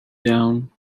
down